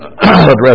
address